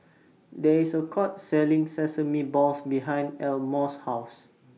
There IS A Food Court Selling Sesame Balls behind Elmore's House